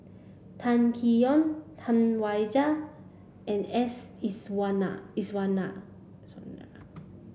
Kam Kee Yong Tam Wai Jia and S Iswaran Iswaran